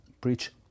preach